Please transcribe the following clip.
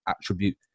attribute